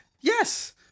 Yes